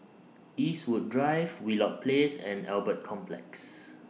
Eastwood Drive Wheelock Place and Albert Complex